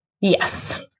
Yes